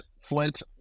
flint